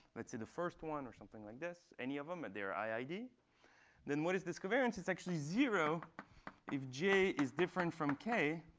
let's say the first one or something like this any of them, and their iid. then what is this covariance? it's actually zero if j is different from k.